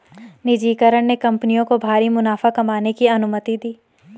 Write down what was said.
निजीकरण ने कंपनियों को भारी मुनाफा कमाने की अनुमति दी